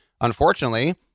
unfortunately